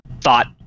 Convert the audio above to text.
thought